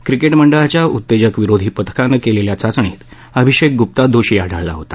cricket मंडळाच्या उत्तेजक विरोधी पथकानं केलेल्या चाचणीत अभिषेक गुप्ता दोषी आढळला होता